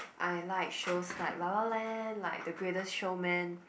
I like shows like La la land like the Greatest Showman